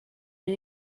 new